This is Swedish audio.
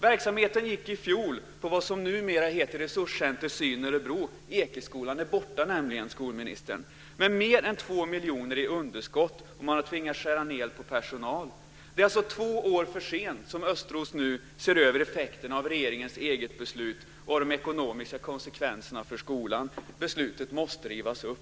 Verksamheten gick i fjol på det som numera heter Resurscenter syn Örebro - Ekeskolan är borta, skolministern - med mer än 2 miljoner kronor i underskott. Man har tvingats skära ned på personal. Det är två år för sent som Östros ser över effekterna av regeringens eget beslut av de ekonomiska konsekvenserna för skolan. Beslutet måste rivas upp.